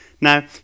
Now